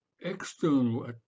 external